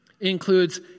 includes